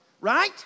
right